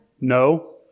No